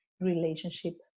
relationship